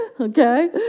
okay